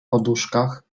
poduszkach